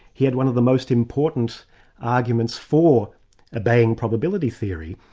he had one of the most important arguments for obeying probability theory,